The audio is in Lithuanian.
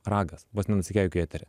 ragas vos nenusikeikiu į eterį